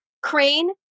crane